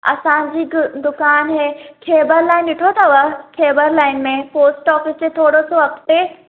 असांजी हिक दुकान हीअ खेबल लाइन ॾिठो अथव खेबल लाइन में पोस्ट ऑफ़िस जे थोरो सो अॻिते